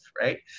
right